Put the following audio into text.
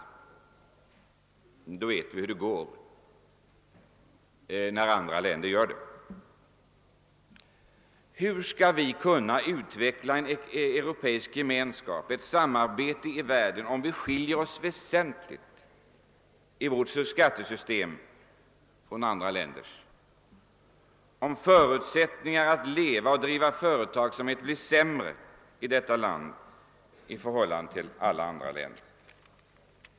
Men vi vet hur det går när andra länder gör så. Hur skall vi kunna utveckla en europeisk gemenskap, ett samarbete i världen, om vårt skattesystem skiljer sig så väsentligt från andra länders, om förutsättningarna att leva och driva företagsamhet blir sämre i Sverige än i alla andra länder?